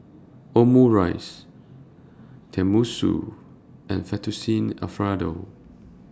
Omurice Tenmusu and Fettuccine Alfredo